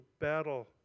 battle